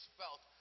felt